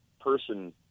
person